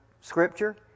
Scripture